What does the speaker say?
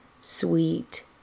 sweet